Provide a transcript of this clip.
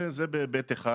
זה בהיבט אחד.